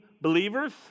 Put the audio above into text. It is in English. believers